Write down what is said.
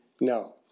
No